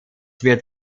wird